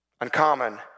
uncommon